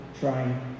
trying